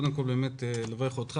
קודם כל אני רוצה לברך אותך.